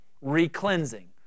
re-cleansing